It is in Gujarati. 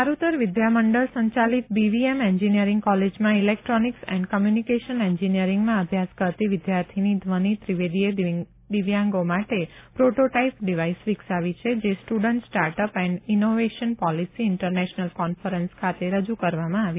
ચારૂતર વિદ્યામંડળ સંચાલિત બીવીએમ એન્જિનિયરીંગ કોલેજમાં ઇલેક્ટ્રોનિકસ એન્ડ કોમ્યુનિકેશન એન્જિનિયરીંગમાં અભ્યાસ કરતી વિદ્યાર્થિની ધ્વની ત્રિવેદીએ દિવ્યાંગો માટે પ્રોટોટાઇપ ડિવાઇસ વિકસાવી છે જે student startup and innovation policy international conference ખાતે રજૂ કરવામાં આવી હતી